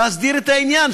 להסדיר את העניין.